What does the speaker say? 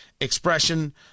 expression